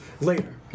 later